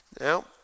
Now